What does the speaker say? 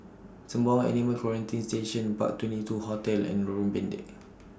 Sembawang Animal Quarantine Station Park twenty two Hotel and Lorong Pendek